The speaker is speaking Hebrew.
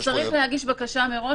הוא צריך להגיש בקשה מראש